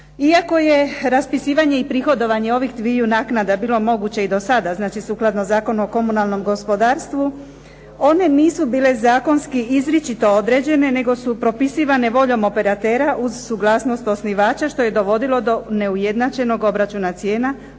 Iako je raspisivanje i prihodovanje ovih dviju naknada bilo moguće i do sada, znači sukladno Zakonu o komunalnom gospodarstvu one nisu bile zakonski izričito određene, nego su propisivane voljom operatera uz suglasnost osnivača što je dovodilo do neujednačenog obračuna cijena